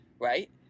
right